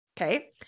okay